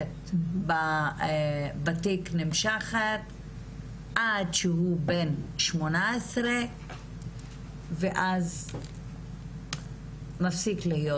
בתיק נמשכת עד שהוא בן 18 ואז מפסיק להיות